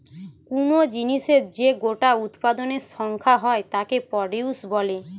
কুনো জিনিসের যে গোটা উৎপাদনের সংখ্যা হয় তাকে প্রডিউস বলে